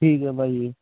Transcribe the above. ਠੀਕ ਹੈ ਭਾਜੀ